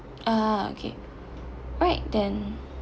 ah okay all right then